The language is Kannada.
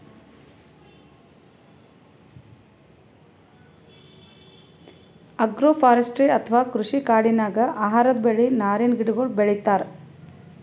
ಅಗ್ರೋಫಾರೆಸ್ಟ್ರಿ ಅಥವಾ ಕೃಷಿ ಕಾಡಿನಾಗ್ ಆಹಾರದ್ ಬೆಳಿ, ನಾರಿನ್ ಗಿಡಗೋಳು ಬೆಳಿತಾರ್